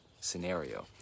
scenario